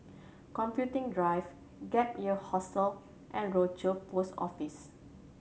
Computing Drive Gap Year Hostel and Rochor Post Office